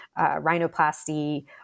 rhinoplasty